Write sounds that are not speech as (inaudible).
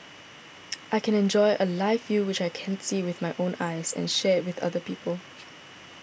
(noise) I can enjoy a live view which I can't see with my own eyes and share it with other people